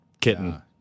kitten